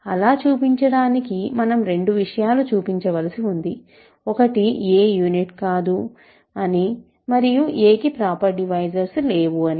అలా చూపించడానికి మనం రెండు విషయాలు చూపించవలసి ఉంది ఒకటి a యూనిట్ కాదు అని మరియు a కి ప్రాపర్ డివైజర్లు లేవు అని